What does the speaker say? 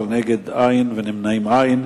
בעד, 14, נגד, אין, נמנעים אין.